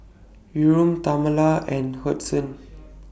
Yurem Tamala and Hudson